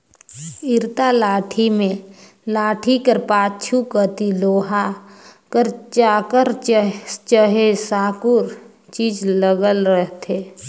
इरता लाठी मे लाठी कर पाछू कती लोहा कर चाकर चहे साकुर चीज लगल रहथे